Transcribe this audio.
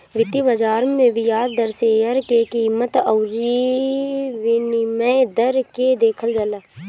वित्तीय बाजार में बियाज दर, शेयर के कीमत अउरी विनिमय दर के देखल जाला